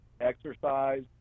exercise